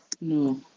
No